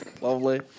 Lovely